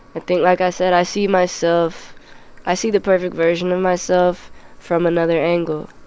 i think, like i said, i see myself i see the perfect version of myself from another angle.